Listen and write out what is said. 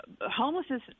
homelessness